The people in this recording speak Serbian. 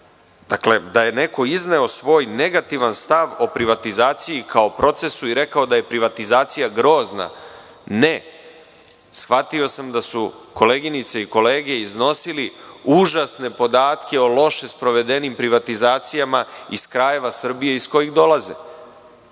da je neko izneo svoj negativan stav o privatizaciji kao procesu i rekao da je privatizacija grozna. Ne, shvatio sam da su koleginice i kolege iznosili užasne podatke o loše sprovedenim privatizacijama iz krajeva Srbije iz kojih dolaze